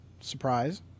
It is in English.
Surprise